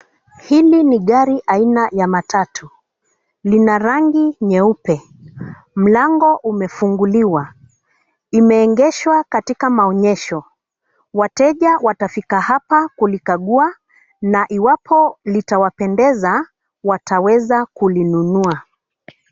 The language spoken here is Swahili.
Hili ni gari aina ya matatu, lina rangi nyeupe. Mlango umefunguliwa. Imeegeshwa katika maonyesho. Wateja watafika hapa kulikagua. Na iwapo litawapendeza, wataweza kulinunua.